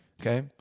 Okay